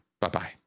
Bye-bye